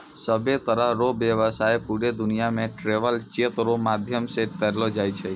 सभ्भे तरह रो व्यवसाय पूरे दुनियां मे ट्रैवलर चेक रो माध्यम से करलो जाय छै